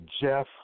Jeff